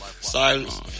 Silence